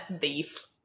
Beef